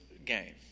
game